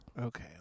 okay